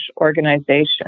organization